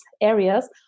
areas